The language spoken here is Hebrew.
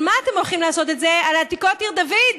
על מה אתם הולכים לעשות את זה, על עתיקות עיר דוד?